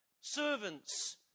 servants